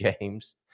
James